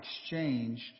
exchanged